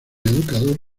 educador